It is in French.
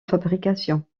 fabrication